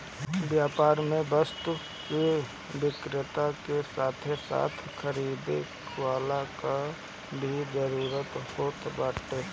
व्यापार में वस्तु के विक्रेता के साथे साथे खरीदे वाला कअ भी जरुरत होत बाटे